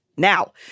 Now